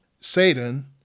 satan